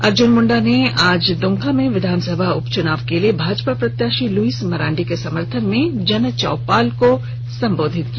अर्जुन मुंडा ने आज दुमका में विधानसभा उपचुनाव के लिए भाजपा प्रत्याशी लुइस मरांडी के समर्थन में जनचौपाल को संबोधित किया